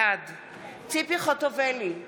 בעד ציפי חוטובלי,